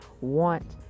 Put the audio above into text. want